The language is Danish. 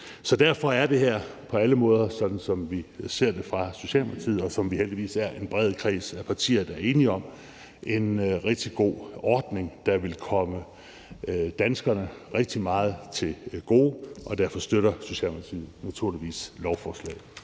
Så derfor er det her på alle måder, sådan som vi ser det fra Socialdemokratiets side, og som vi heldigvis er en bred kreds af partier der er enige om, en rigtig god ordning, der vil komme danskerne rigtig meget til gode. Derfor støtter Socialdemokratiet naturligvis lovforslaget.